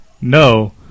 no